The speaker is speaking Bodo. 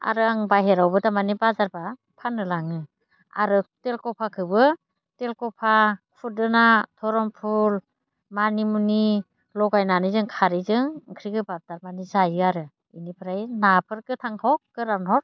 आरो आं बाहेरावबो तारमाने बाजारबा फाननो लाङो आरो तेलक'फाखौबो तेलक'फा खुदुना धरमफुल मानिमुनि लगायनानै जों खारैजों ओंख्रि गोबाब तारमाने जायो आरो बेनिफ्राय नाफोर गोथां हक गोरान हक